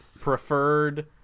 preferred